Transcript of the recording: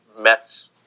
Mets